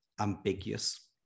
ambiguous